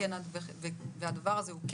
אתם רוצים שתהיה?